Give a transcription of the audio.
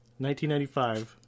1995